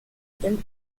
them